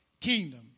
Kingdom